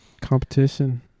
Competition